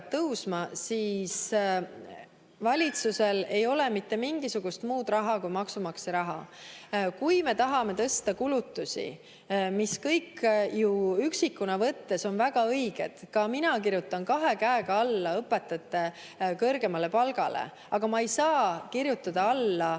Kuid valitsusel ei ole mitte mingisugust muud raha kui maksumaksja raha. Me tahame tõsta kulutusi, mis üksikuna võttes on kõik väga õiged – ka mina kirjutan kahe käega alla õpetajate kõrgemale palgale –, aga ma ei saa kirjutada alla